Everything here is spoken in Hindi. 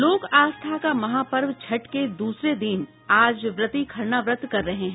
लोक आस्था का महापर्व छठ के दूसरे दिन आज व्रती खरना व्रत कर रहे हैं